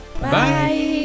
Bye